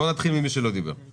נציגת